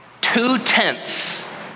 Two-tenths